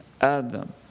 Adam